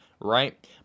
Right